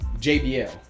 JBL